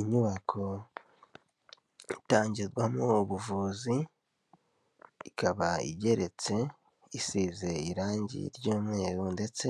Inyubako itangirwamo ubuvuzi, ikaba igeretse, isize irange ry'umweru ndetse